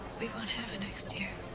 we won't have a next year.